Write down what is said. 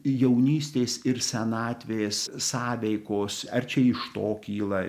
jaunystės ir senatvės sąveikos ar čia iš to kyla